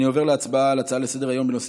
אני עובר להצבעה על הצעה לסדר-היום בנושא